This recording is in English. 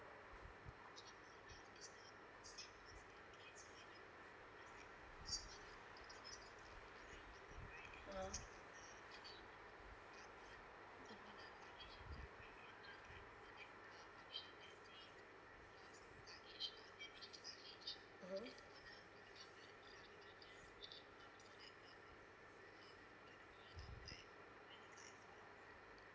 (uh huh) mmhmm